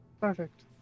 Perfect